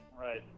right